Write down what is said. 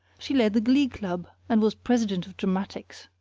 she led the glee club and was president of dramatics.